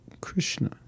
Krishna